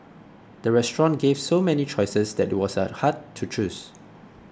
the restaurant gave so many choices that it was a hard to choose